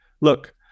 look